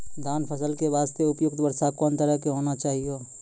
धान फसल के बास्ते उपयुक्त वर्षा कोन तरह के होना चाहियो?